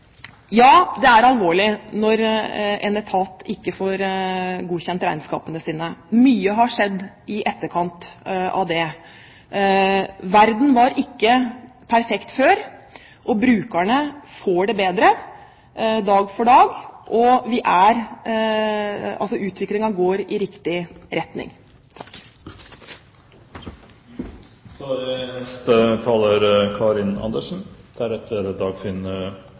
Ja, det er alvorlig når en etat ikke får godkjent regnskapene sine. Mye har skjedd i etterkant av det. Verden var ikke perfekt før, og brukerne får det bedre dag for dag. Utviklingen går i riktig retning.